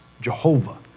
Jehovah